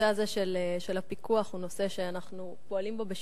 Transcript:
שהנושא הזה של הפיקוח הוא נושא שאנחנו פועלים בו,